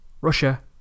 Russia